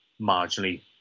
marginally